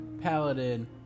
paladin